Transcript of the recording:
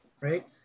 right